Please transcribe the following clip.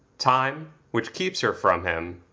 time, which keeps her from him,